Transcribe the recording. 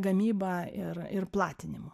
gamyba ir ir platinimu